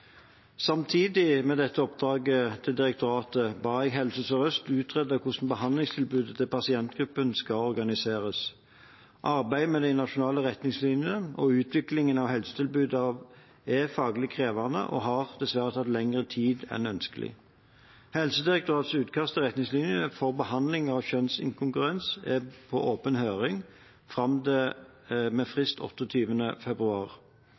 Samtidig med dette oppdraget til direktoratet ba jeg Helse Sør-Øst utrede hvordan behandlingstilbudet til pasientgruppen skal organiseres. Arbeidet med de nasjonale retningslinjene og utviklingen av helsetilbudet er faglig krevende og har dessverre tatt lengre tid enn ønskelig. Helsedirektoratets utkast til retningslinjer for behandling av kjønnsinkongruens er på åpen høring med frist 28. februar.